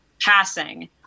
passing